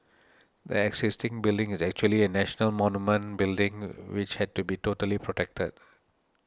the existing building is actually a national monument building which had to be totally protected